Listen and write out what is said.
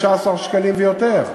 15 שקלים ויותר.